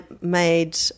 made –